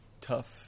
tough